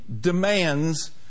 demands